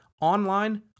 online